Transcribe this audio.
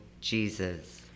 Jesus